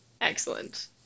Excellent